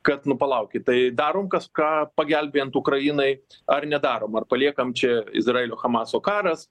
kad nu palaukit tai darom kažką pagelbėjant ukrainai ar nedarom ar paliekam čia izraelio hamaso karas